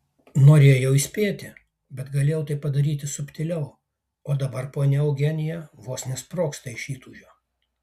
norėjau įspėti bet galėjau tai padaryti subtiliau o dabar ponia eugenija vos nesprogsta iš įtūžio